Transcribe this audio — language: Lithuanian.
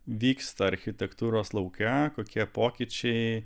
vyksta architektūros lauke kokie pokyčiai